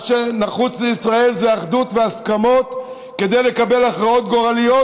מה שנחוץ לישראל זה אחדות והסכמות כדי לקבל הכרעות גורליות,